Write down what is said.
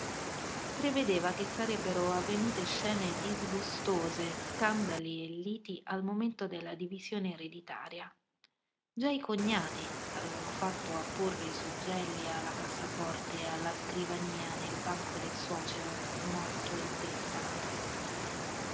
prevedeva che sarebbero avvenute scene disgustose scandali e liti al momento della divisione ereditaria già i cognati avevano fatto apporre i suggelli alla cassaforte e alla scrivania nel banco del suocero morto intestato